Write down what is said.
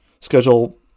Schedule